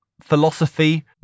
philosophy